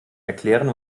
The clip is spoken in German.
erklären